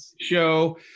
show